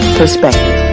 perspective